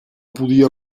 podia